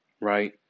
right